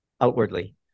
outwardly